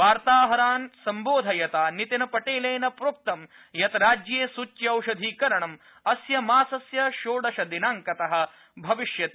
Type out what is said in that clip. वार्ताहरान् सम्बोधयता नितिनपटेलेन प्रोक्तं यत् राज्ये सूच्यौषधीकरणं अस्य मासस्य षोडशदिनांकतः भविष्यति